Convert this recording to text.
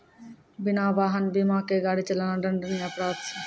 बिना वाहन बीमा के गाड़ी चलाना दंडनीय अपराध छै